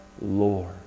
Lord